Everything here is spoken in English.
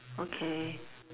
okay